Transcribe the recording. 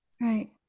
Right